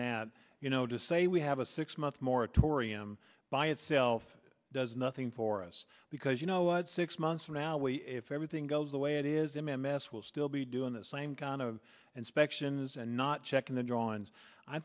that you know to say we have a six month moratorium by itself does nothing for us because you know six months from now we if everything goes the way it is m m s will still be doing the same kind of inspections and not checking the draw